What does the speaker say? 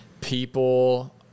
people